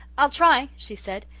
i'll try, she said.